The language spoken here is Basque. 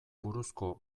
buruzko